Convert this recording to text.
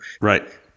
Right